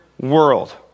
world